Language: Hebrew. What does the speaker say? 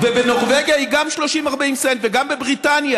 ובנורבגיה היא גם 30 40 סנט, וגם בבריטניה.